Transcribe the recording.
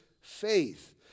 faith